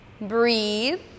Breathe